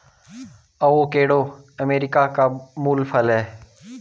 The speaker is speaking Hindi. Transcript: अवोकेडो अमेरिका का मूल फल है